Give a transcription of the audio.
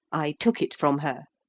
i took it from her.